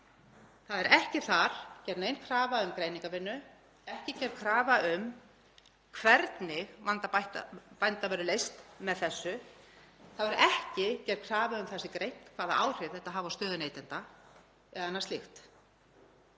Þar er ekki gerð nein krafa um greiningarvinnu, ekki gerð krafa um hvernig vandi bænda verður leystur með þessu. Það er ekki gerð krafa um að það sé greint hvaða áhrif þetta hafi á stöðu neytenda eða annað slíkt.